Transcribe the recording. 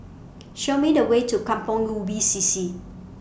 Show Me The Way to Kampong Ubi C C